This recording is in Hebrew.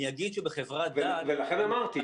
ולכן אמרתי,